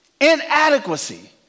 inadequacy